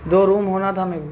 دو room ہونا تھا میرے کو